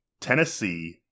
Tennessee